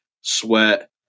sweat